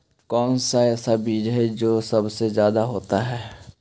कौन सा ऐसा बीज है जो सबसे ज्यादा होता है?